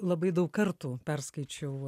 labai daug kartų perskaičiau